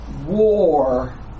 war